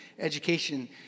education